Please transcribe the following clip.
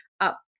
up